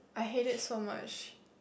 I hate it so much